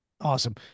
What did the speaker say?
Awesome